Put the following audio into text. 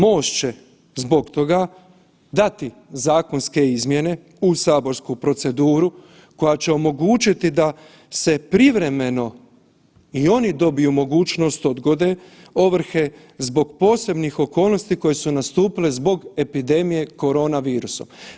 MOST će zbog toga dati zakonske izmjene u saborsku proceduru koja će omogućiti da se privremeno i oni dobiju mogućnost odgode ovrhe zbog posebnih okolnosti koje su nastupile zbog epidemije korona virusom.